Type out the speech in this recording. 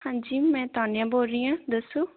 ਹਾਂਜੀ ਮੈਂ ਤਾਨੀਆ ਬੋਲ ਰਹੀ ਹਾਂ ਦੱਸੋ